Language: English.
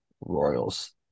Royals